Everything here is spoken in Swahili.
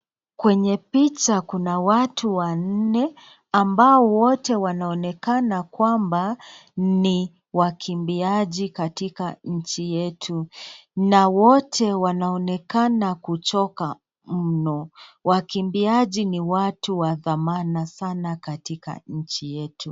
Kwenye picha kuna watu wanne, ambao wote wanaonekana kwamba ni wakimbiaji katika nchi yetu, na wote wanaonekana kuchoka mno. Wakimbiaji ni watu wa dhamana sana katika nchi yetu.